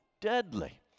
deadly